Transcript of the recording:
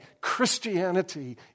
Christianity